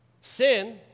sin